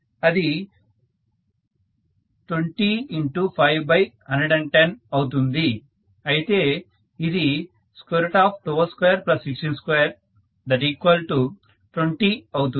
అది 205110అవుతుంది అయితే ఇది 12216220 అవుతుంది